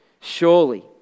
surely